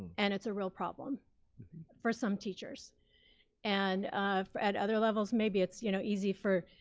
and it's a real problem for some teachers and at other levels maybe, it's you know easy for,